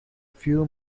few